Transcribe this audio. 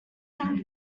young